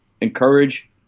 encourage